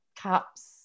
cups